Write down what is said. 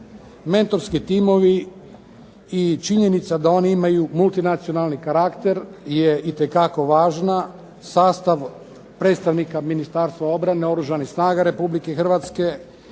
Mentorski timovi i činjenica da oni imaju multinacionalni karakter je itekako važna. Sastav predstavnika Ministarstva obrane Oružanih snaga Republike Hrvatske